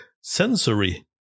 Sensory